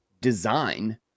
design